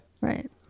Right